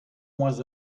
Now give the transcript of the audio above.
moins